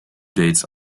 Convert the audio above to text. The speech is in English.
dates